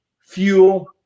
fuel